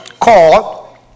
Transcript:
call